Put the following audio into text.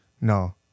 No